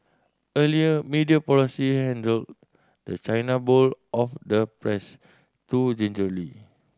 earlier media policy handled the china bowl of the press too gingerly